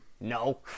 No